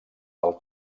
del